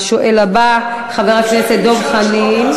השואל הבא, חבר הכנסת דב חנין.